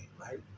right